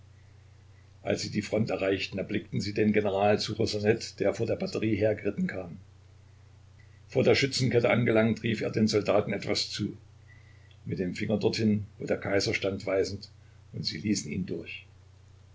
als sie die front erreichten erblickten sie den general ssuchosanet der von der batterie hergeritten kam vor der schützenkette angelangt rief er den soldaten etwas zu mit dem finger dorthin wo der kaiser stand weisend und sie ließen ihn durch